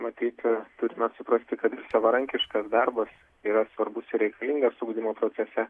matyt turime suprasti kad savarankiškas darbas yra svarbus ir reikalingas ugdymo procese